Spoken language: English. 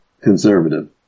conservative